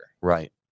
right